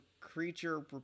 Creature